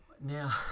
Now